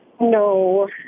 No